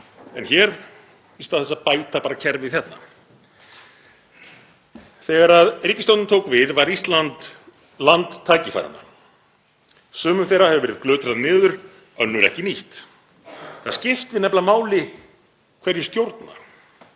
en hér í stað þess að bæta kerfið hérna. Þegar ríkisstjórnin tók við var Ísland land tækifæranna. Sumum þeirra hefur verið glutrað niður, önnur ekki nýtt. Það skiptir nefnilega máli hverjir stjórna